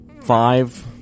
five